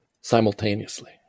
simultaneously